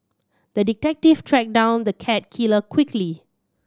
the detective tracked down the cat killer quickly